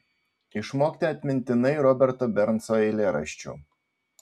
išmokti atmintinai roberto bernso eilėraščių